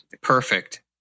Perfect